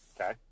Okay